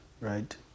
Right